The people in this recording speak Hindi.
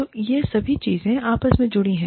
तो यह सभी चीजें आपस में जुड़ी हैं